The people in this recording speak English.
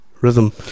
rhythm